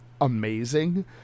amazing